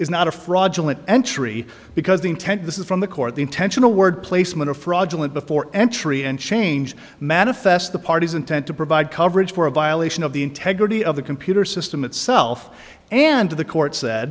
is not a fraudulent entry because the intent this is from the court the intentional word placement of fraudulent before entry and change manifests the party's intent to provide coverage for a violation of the integrity of the computer system itself and the court said